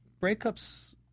Breakups